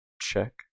check